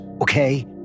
okay